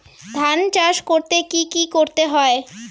ধান চাষ করতে কি কি করতে হয়?